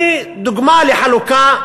דוגמה קלאסית לחלוקה,